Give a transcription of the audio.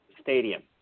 Stadium